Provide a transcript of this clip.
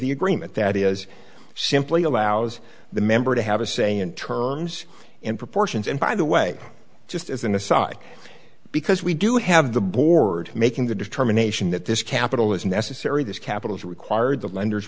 the agreement that is simply allows the member to have a say in terms and proportions and by the way just as an aside because we do have the board making the determination that this capital is necessary this capital is required that lenders